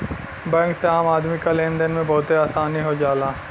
bank से आम आदमी क लेन देन में बहुत आसानी हो जाला